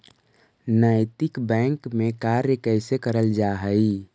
नैतिक बैंक में कार्य कैसे करल जा हई